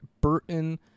Burton